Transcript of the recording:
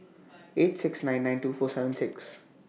eight six nine nine two four seven six